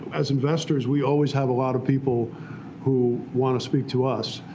as investors, we always have a lot of people who want to speak to us,